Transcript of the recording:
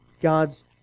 God's